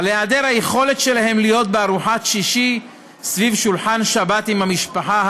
על היעדר היכולת שלהם להיות בארוחת שישי סביב שולחן השבת עם המשפחה,